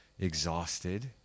exhausted